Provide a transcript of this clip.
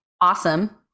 awesome